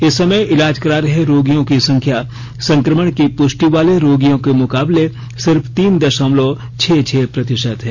इस समय इलाज करा रहे रोगियों की संख्या संक्रमण की पुष्टि वाले रोगियों के मुकाबले सिर्फ तीन दशमलव छह छह प्रतिशत है